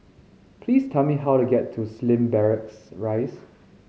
please tell me how to get to Slim Barracks Rise